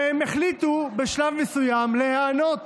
והם החליטו בשלב מסוים להיענות